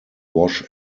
wash